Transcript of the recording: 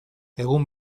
egun